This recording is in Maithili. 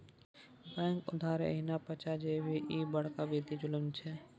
बैंकक उधार एहिना पचा जेभी, ई बड़का वित्तीय जुलुम छै